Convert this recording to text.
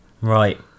Right